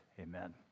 Amen